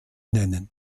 nennen